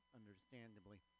understandably